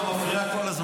אני?